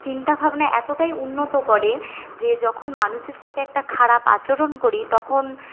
চিন্তাভাবনা এতটাই উন্নত করে যে যখন মানুষের সাথে একটা খারাপ আচরণ করি তখন